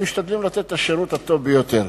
משתדלות לתת את השירות הטוב ביותר,